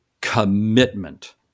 commitment